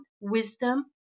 wisdom